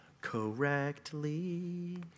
correctly